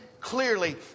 clearly